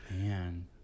man